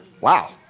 Wow